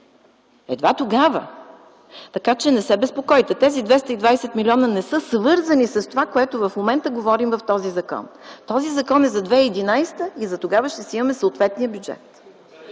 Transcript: Едва тогава. Така че не се безпокойте – тези 220 милиона не са свързани с това, което в момента говорим в този закон. Този закон е за 2011 г. и за тогава ще си имаме съответния бюджет.